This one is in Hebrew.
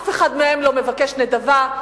אף אחד מהם לא מבקש נדבה,